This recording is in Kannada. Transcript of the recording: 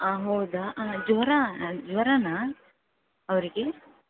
ಹೌದಾ ಜ್ವರ ಜ್ವರನಾ ಅವರಿಗೆ